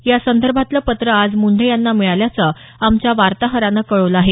यासंदर्भातलं पत्र आज मुंढे यांना मिळाल्याचं आमच्या वार्ताहरानं कळवलं आहे